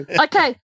Okay